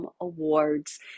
Awards